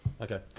Okay